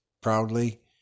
proudly